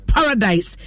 paradise